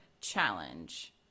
challenge